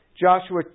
Joshua